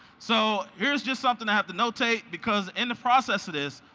so here's just something to have to notate because in the process of this,